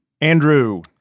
Andrew